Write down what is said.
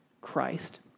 Christ